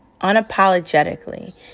unapologetically